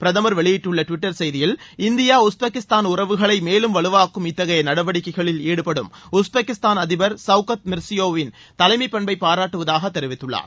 பிரதமர் வெளியிட்டுள்ள டுவிட்டர் செய்தியில் இந்தியா உஸ்பெகிஸ்தான் உறவுகளை மேலும் வலுவாக்கும் இத்தகைய நடவடிக்கைகளில் ஈடுபடும் உஸ்பெகிஸ்தான் அதிபர் சௌகத் மிர்ஸியோயெவ் வின் தலைமைப் பண்பை பாராட்டுவதாக தெரிவித்துள்ளார்